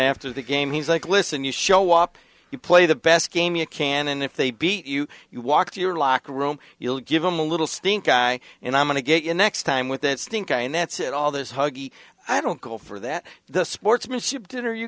after the game he's like listen you show up you play the best game you can and if they beat you you walk to your locker room you'll give them a little stink eye and i'm going to get you next time with that stink eye and that's what all this huggy i don't go for that the sportsmanship dinner you